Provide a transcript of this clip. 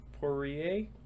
Poirier